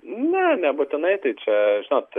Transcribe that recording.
ne nebūtinai tai čia žinot